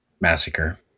massacre